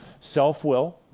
self-will